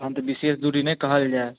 तहन तऽ बिशेष दूरी नहि कहल जाय